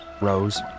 Rose